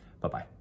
Bye-bye